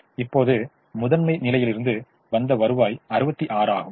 இப்போது முதன்மை நிலையிலிருந்து வந்த வருவாய் 66 ஆகும்